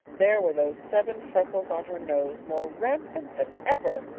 there were those seven freckles on her nose, more rampant than ever,